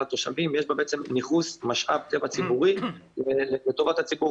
התושבים אלא יש בה ניכוס משאב טבע ציבורי לטובת הציבור.